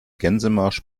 gänsemarsch